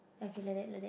ya K like that like that